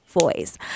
voice